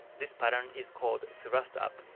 this pattern is called thrust up.